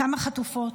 כמה חטופות,